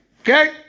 Okay